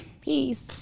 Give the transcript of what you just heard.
Peace